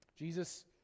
Jesus